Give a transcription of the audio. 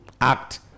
act